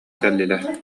кэллилэр